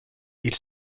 ils